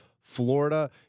Florida